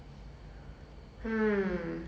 maze runner